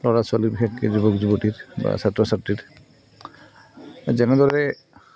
ল'ৰা ছোৱালী বিশেষকৈ যুৱক যুৱতীৰ বা ছাত্ৰ ছাত্ৰীৰ যেনেদৰে